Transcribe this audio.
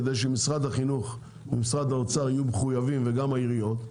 כדי שמשרד החינוך ומשרד האוצר יהיו מחויבים וגם העיריות,